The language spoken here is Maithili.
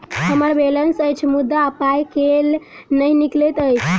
हम्मर बैलेंस अछि मुदा पाई केल नहि निकलैत अछि?